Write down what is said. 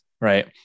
Right